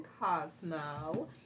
Cosmo